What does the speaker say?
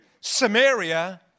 Samaria